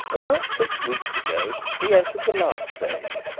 about six weeks ago he entered the last stage.